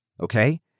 Okay